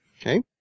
Okay